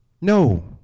No